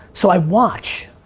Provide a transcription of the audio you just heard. so, i watch.